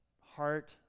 heart